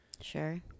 Sure